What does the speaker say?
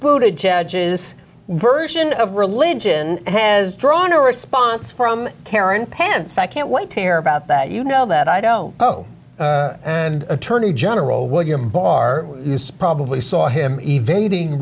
pete judges version of religion has drawn a response from karen pence i can't wait to hear about that you know that i don't owe and attorney general william barr is probably saw him evading